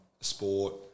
Sport